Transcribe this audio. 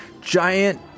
Giant